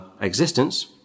existence